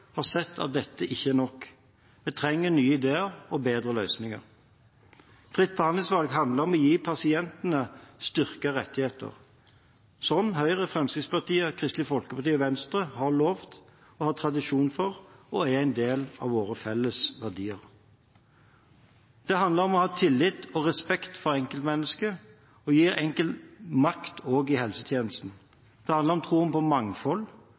har sett at dette ikke er nok. Vi trenger nye ideer og bedre løsninger. Fritt behandlingsvalg handler om å gi pasientene styrkede rettigheter, slik Høyre, Fremskrittspartiet, Kristelig Folkeparti og Venstre har lovet og har tradisjon for, og som er en del av våre felles verdier. Det handler om å ha tillit til og respekt for enkeltmennesket, og gi hver enkelt makt også i helsetjenesten. Det handler om troen på mangfold